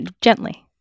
Gently